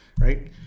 Right